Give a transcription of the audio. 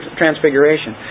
transfiguration